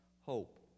hope